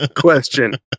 question